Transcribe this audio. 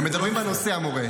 הם מדברים על הנושא, המורה.